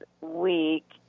week